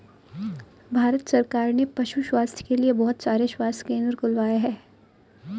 भारत सरकार ने पशु स्वास्थ्य के लिए बहुत सारे स्वास्थ्य केंद्र खुलवाए हैं